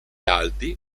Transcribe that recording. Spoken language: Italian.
alti